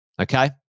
okay